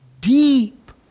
deep